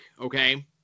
okay